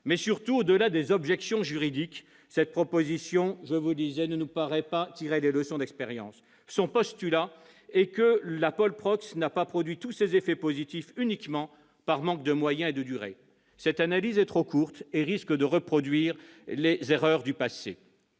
Surtout, au-delà des objections juridiques, cette proposition ne nous paraît pas tirer les leçons de l'expérience. Son postulat est que la polprox n'a pas produit tous ses effets positifs uniquement par manque de moyens et de durée. Cette analyse est trop courte ; elle risque de conduire à la reproduction des erreurs du passé.